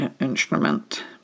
instrument